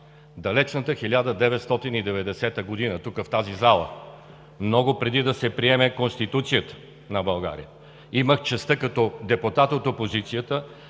далечната 1990 г. тук, в тази зала, много преди да се приеме Конституцията на България, имах честта като депутат от опозицията